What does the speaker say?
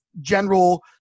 general